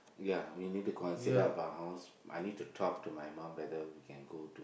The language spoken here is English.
ya we need to consider buy house I need to talk to my mum whether we can go